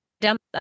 Dump